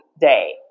day